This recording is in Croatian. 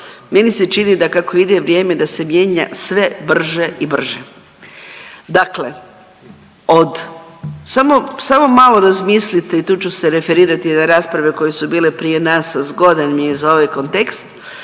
Meni se čini da kako ide vrijeme da se mijenja sve brže i brže. Dakle od samo, samo malo razmislite i tu ću se referirati na rasprave koje su bile prije nas, a zgodan mi je za ovaj kontekst,